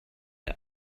der